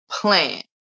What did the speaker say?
plan